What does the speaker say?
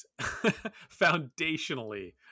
foundationally